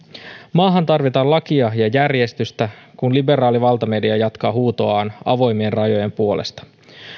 maahan tarvitaan lakia ja järjestystä kun liberaali valtamedia jatkaa huutoaan avoimien rajojen puolesta